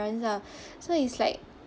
parents ah so it's like